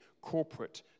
corporate